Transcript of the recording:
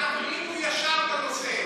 משרד הפנים הוא ישר בנושא.